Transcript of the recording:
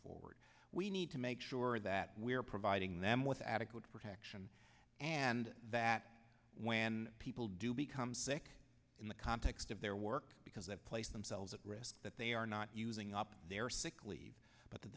forward we need to make sure that we're providing them with adequate protection and that when people do become sick in the context of their work because they placed themselves at risk that they are not using up their sick leave but th